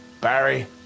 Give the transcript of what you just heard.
Barry